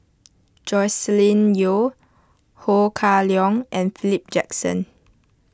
Joscelin Yeo Ho Kah Leong and Philip Jackson